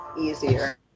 easier